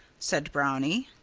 said brownie.